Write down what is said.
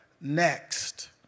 next